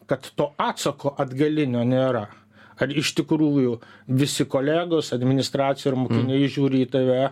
kad to atsako atgalinio nėra kad iš tikrųjų visi kolegos administracija ir mokiniai žiūri į tave